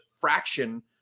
fraction